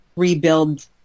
Rebuild